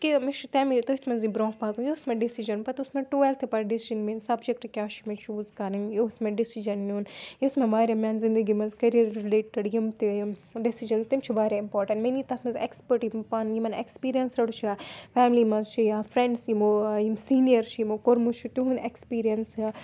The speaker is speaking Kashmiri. کہِ مےٚ چھُ تَمے تٔتھۍ منٛزٕے برونٛہہ پَکان یہِ اوس مےٚ ڈِسِیٖجَن پَتہٕ اوس مےٚ ٹُویلتھٕ پَتہٕ ڈِسِجِن میٲنۍ سَبجَکٹہٕ کیاہ چھُ مےٚ چوٗز کَرٕنۍ یہِ اوس مےٚ ڈِسِیٖجَن نیُن یہِ اوس مےٚ واریاہ میٛانہِ زِندگی منٛز کٔریَر رِلیٹِڈ یِم تِم ڈیٚسِجَنٕز تِم چھِ واریاہ اِمپاٹَنٛٹ مےٚ نی تَتھ منٛز اٮ۪کٕسپٲٹ یِم پَن یِمَن ایٚکٕسپیرَنَس تھوڑا چھِ فیملی منٛز چھِ یا فرٛٮ۪نٛڈٕز یِمو یِم سیٖنیرٕ چھِ یِمو کوٚرمُت چھُ تِہُنٛد اٮ۪کٕسپیٖریَنٕس یا